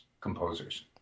composers